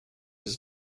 his